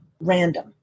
random